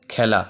খেলা